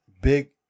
big